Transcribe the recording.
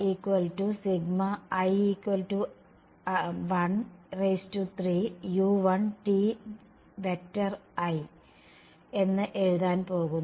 എന്ന് എഴുതാൻ പോകുന്നു